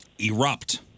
Erupt